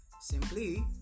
Simply